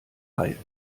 heil